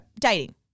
dating